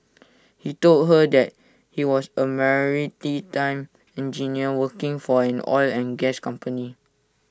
he told her that he was A time engineer working for an oil and gas company